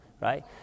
right